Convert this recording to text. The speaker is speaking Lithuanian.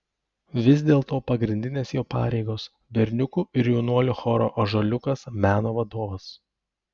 vis dėlto pagrindinės jo pareigos berniukų ir jaunuolių choro ąžuoliukas meno vadovas